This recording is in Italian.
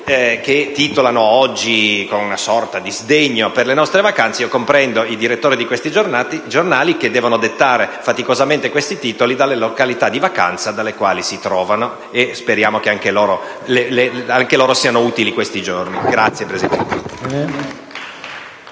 che titolano oggi con una sorta di sdegno per le nostre vacanze. Comprendo i direttori di questi giornali che devono dettare faticosamente questi titoli dalle località di vacanza nelle quali si trovano, e speriamo che anche a loro siano utili questi giorni.